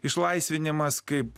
išlaisvinimas kaip